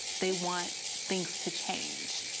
they want things to change.